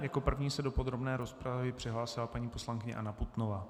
Jako první se do podrobné rozpravy přihlásila paní poslankyně Anna Putnová.